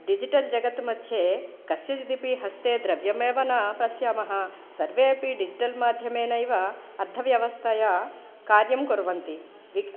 digital जगत् मध्ये कस्यचिदपि हस्ते द्रव्यमेव न पश्यामः सर्वे अपि डिजिटल्माध्यमेनैव अर्थव्यवस्थया कार्यं कुर्वन्ति इक्